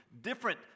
different